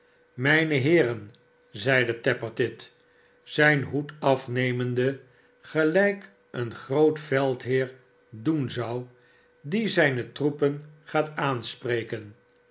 smijne heeren zeide tappertit zijn hoed amemende gelijk een groot veldheer doen zou die zijne troepengaataanspreken